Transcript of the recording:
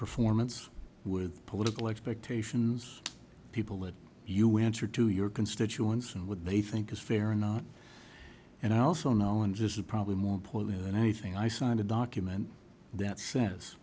performance with political expectations people that you answer to your constituents and what they think is fair or not and i also know in just a probably more poorly than anything i signed a document that says